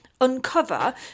uncover